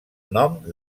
nom